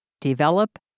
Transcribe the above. develop